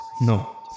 no